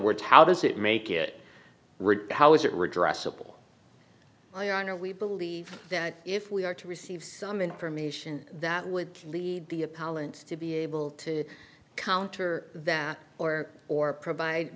words how does it make it rigged how is it redress simple your honor we believe that if we are to receive some information that would lead be a talent to be able to counter that or or provide